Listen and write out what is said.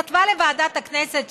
כתבה לוועדת הכנסת,